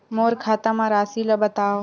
मोर खाता म राशि ल बताओ?